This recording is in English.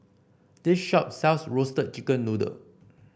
this shop sells Roasted Chicken Noodle